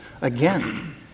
Again